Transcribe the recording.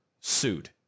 sued